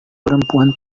perempuan